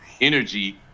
energy